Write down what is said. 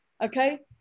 Okay